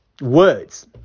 words